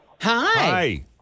Hi